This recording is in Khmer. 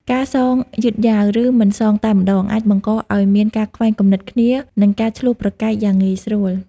ការសងយឺតយ៉ាវ ឬមិនសងតែម្ដង អាចបង្កឲ្យមានការខ្វែងគំនិតគ្នា និងការឈ្លោះប្រកែកយ៉ាងងាយស្រួល។